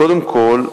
קודם כול,